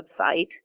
website